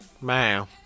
Man